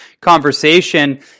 conversation